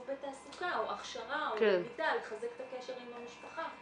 בתעסוקה או הכשרה או --- לחזק את הקשר עם המשפחה.